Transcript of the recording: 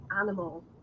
animal